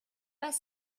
pas